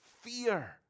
fear